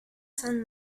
san